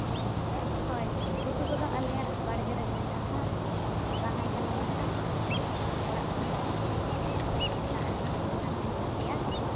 ᱦᱳᱭ ᱩᱛᱩ ᱠᱚᱫᱚ ᱟᱞᱮᱭᱟᱜ ᱵᱟᱲᱜᱮ ᱨᱮᱜᱮᱞᱮ ᱪᱟᱥᱟ ᱵᱟᱜᱟᱱ ᱛᱟᱞᱮ ᱦᱮᱱᱟᱜᱼᱟ ᱚᱲᱟᱜ ᱥᱩᱨ ᱨᱮᱜᱮ ᱚᱸᱰᱮ ᱫᱟᱜ ᱨᱮᱱᱟᱜ ᱥᱩᱵᱤᱫᱷᱟ ᱦᱚᱸ ᱢᱮᱱᱟᱜ ᱜᱮᱭᱟ